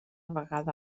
vegada